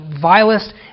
vilest